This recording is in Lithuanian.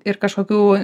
ir kažkokių